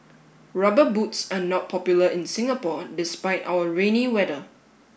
rubber boots are not popular in Singapore despite our rainy weather